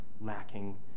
lacking